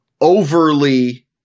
overly